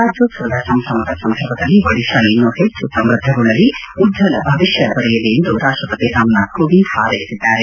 ರಾಜ್ಯೋತ್ಸವದ ಸಂಭ್ರಮದ ಸಂದರ್ಭದಲ್ಲಿ ಒಡಿತಾ ಇನ್ನೂ ಹೆಚ್ಚು ಸಮೃದ್ಧಗೊಳ್ಳಲಿ ಉಜ್ವಲ ಭವಿಷ್ಠ ದೊರೆಯಲಿ ಎಂದು ರಾಷ್ಟಪತಿ ರಾಮನಾಥ್ ಕೋವಿಂದ್ ಹಾರ್ಲೆಸಿದ್ದಾರೆ